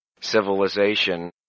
civilization